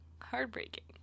heartbreaking